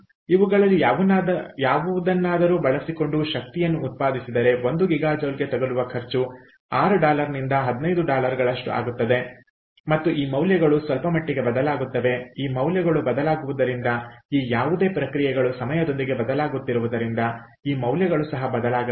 ಇವುಗಳಲ್ಲಿ ಯಾವುದನ್ನಾದರೂ ಬಳಸಿಕೊಂಡು ಶಕ್ತಿಯನ್ನು ಉತ್ಪಾದಿಸಿದರೆ 1ಗಿಗಾಜೌಲ್ ಗೆ ತಗುಲುವ ಖರ್ಚು 6 ಡಾಲರ್ನಿಂದ 15 ಡಾಲರ್ಗಳಷ್ಟು ಆಗುತ್ತದೆ ಮತ್ತು ಈ ಮೌಲ್ಯಗಳು ಸ್ವಲ್ಪಮಟ್ಟಿಗೆ ಬದಲಾಗುತ್ತವೆ ಈ ಮೌಲ್ಯಗಳು ಬದಲಾಗುವುದರಿಂದ ಈ ಯಾವುದೇ ಪ್ರಕ್ರಿಯೆಗಳು ಸಮಯದೊಂದಿಗೆ ಬದಲಾಗುತ್ತಿರುವುದರಿಂದ ಈ ಮೌಲ್ಯಗಳು ಸಹ ಬದಲಾಗಬಹುದು